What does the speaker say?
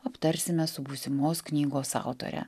aptarsime su būsimos knygos autore